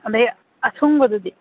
ꯑꯗꯒꯤ ꯑꯁꯨꯡꯕꯗꯨꯗꯤ